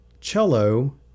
cello